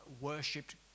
worshipped